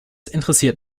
interessiert